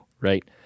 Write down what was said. right